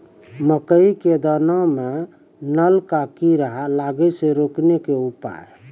मकई के दाना मां नल का कीड़ा लागे से रोकने के उपाय?